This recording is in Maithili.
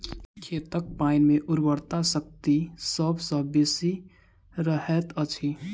खेतक पाइन मे उर्वरा शक्ति सभ सॅ बेसी रहैत अछि